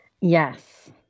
yes